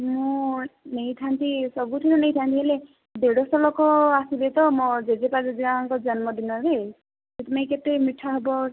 ମୁଁ ନେଇଥାନ୍ତି ସବୁଥିରୁ ନେଇଥାନ୍ତି ହେଲେ ଦେଢ଼ ଶହ ଲୋକ ଆସିବେ ତ ମୋ ଜେଜେ ବାପା ଜେଜେ ମାଆଙ୍କ ଜନ୍ମଦିନରେ ସେଥିଲାଗି କେତେ ମିଠା ହେବ